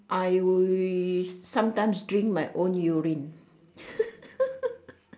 I will sometimes drink my own urine